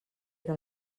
era